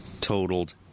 totaled